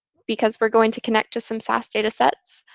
because we're going to connect to some sas data sets.